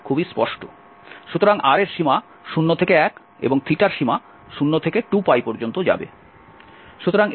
সুতরাং r এর সীমা 0 থেকে 1 এবং এর সীমা 0 থেকে 2 pi পর্যন্ত যাবে